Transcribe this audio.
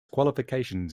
qualifications